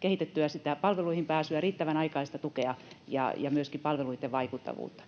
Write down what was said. kehitettyä sitä palveluihin pääsyä, riittävän aikaista tukea ja myöskin palveluitten vaikuttavuutta.